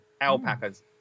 Alpacas